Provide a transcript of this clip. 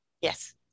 Yes